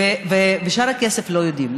ושאר הכסף, לא יודעים.